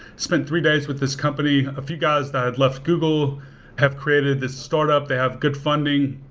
spent three days with this company. a few guys that had left google have created this startup. they have good funding.